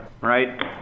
right